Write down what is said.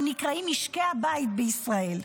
הם נקראים משקי הבית בישראל.